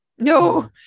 No